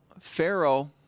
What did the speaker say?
Pharaoh